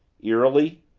eerily,